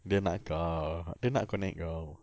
dia nak kau dia nak connect kau